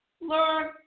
Learn